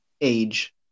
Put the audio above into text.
age